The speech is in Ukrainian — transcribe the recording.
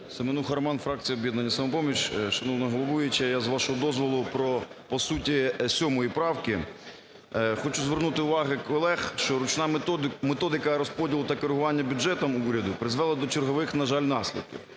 Семенуха Роман, фракція "Об'єднання "Самопоміч". Шановна головуюча, я з вашого дозволу по суті 7 правки. Хочу звернути увагу колег, що ручна методика розподілу та керування бюджетом уряду призвела до чергових, на жаль, наслідків,